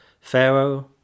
Pharaoh